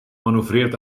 manoeuvreert